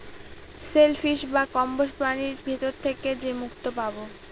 shell fish বা কম্বোজ প্রাণীর ভিতর থেকে যে মুক্তো পাবো